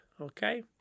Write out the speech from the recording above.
okay